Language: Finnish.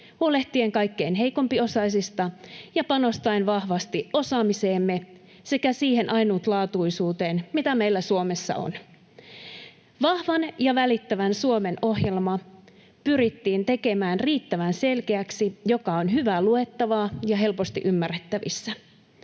huolehtien kaikkein heikompiosaisista ja panostaen vahvasti osaamiseemme sekä siihen ainutlaatuisuuteen, mitä meillä Suomessa on. Vahvan ja välittävän Suomen ohjelma pyrittiin tekemään riittävän selkeäksi, että se on hyvää luettavaa ja helposti ymmärrettävissä.